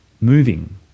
moving